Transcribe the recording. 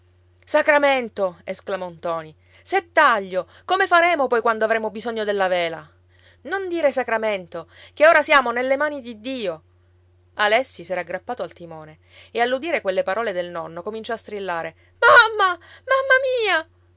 sacramento esclamò ntoni se taglio come faremo poi quando avremo bisogno della vela non dire sacramento che ora siamo nelle mani di dio alessi s'era aggrappato al timone e all'udire quelle parole del nonno cominciò a strillare mamma mamma mia